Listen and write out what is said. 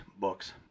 books